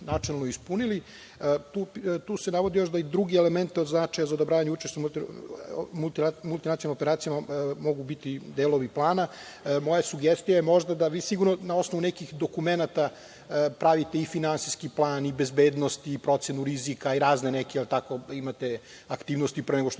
načelno ispunili. Tu se navodi i drugi element od značaja za odobravanje učešća u multinacionalnim operacijama mogu biti delovi plana. Moja sugestija je možda da vi sigurno na nekih dokumenata pravite i finansijski plan i bezbednost i procenu rizika i razne neke imate aktivnosti pre nego što